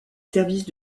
services